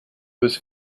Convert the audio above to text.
was